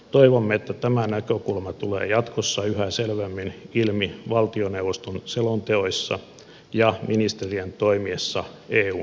toivomme että tämä näkökulma tulee jatkossa yhä selvemmin ilmi valtioneuvoston selonteoissa ja ministerien toimiessa eun suuntaan